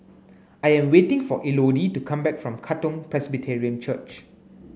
I am waiting for Elodie to come back from Katong Presbyterian Church